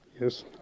yes